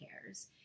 cares